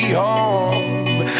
home